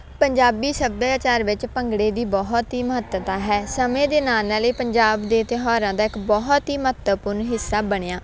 ਪੰਜਾਬੀ ਸੱਭਿਆਚਾਰ ਵਿੱਚ ਭੰਗੜੇ ਦੀ ਬਹੁਤ ਹੀ ਮਹੱਤਤਾ ਹੈ ਸਮੇਂ ਦੇ ਨਾਲ ਨਾਲ ਇਹ ਪੰਜਾਬ ਦੇ ਤਿਉਹਾਰਾਂ ਦਾ ਇੱਕ ਬਹੁਤ ਹੀ ਮਹੱਤਵਪੂਰਨ ਹਿੱਸਾ ਬਣਿਆ